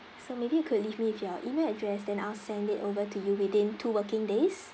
so maybe you could leave me with your email address than I'll send it over to you within two working days